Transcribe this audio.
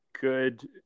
good